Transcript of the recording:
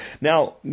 Now